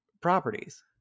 properties